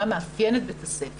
מה מאפיין את בית הספר.